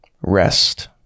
rest